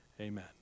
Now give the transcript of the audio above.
amen